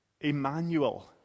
Emmanuel